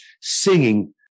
singing